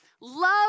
love